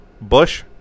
Bush